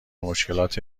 مشکلات